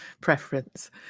preference